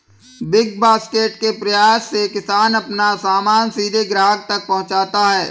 big basket के प्रयास से किसान अपना सामान सीधे ग्राहक तक पहुंचाता है